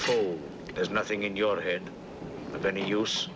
a there's nothing in your head of any use